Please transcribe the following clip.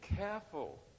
careful